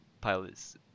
pilots